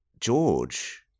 George